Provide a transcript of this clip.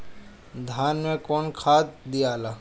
धान मे कौन सा खाद दियाला?